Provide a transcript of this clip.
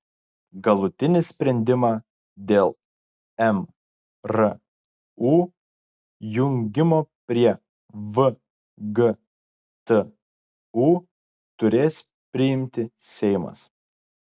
galutinį sprendimą dėl mru jungimo prie vgtu turės priimti seimas